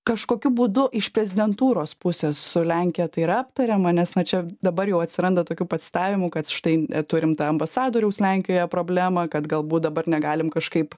kažkokiu būdu iš prezidentūros pusės su lenkija tai yra aptariama nes na čia dabar jau atsiranda tokių pacitavimų kad štai turim tą ambasadoriaus lenkijoje problemą kad galbūt dabar negalim kažkaip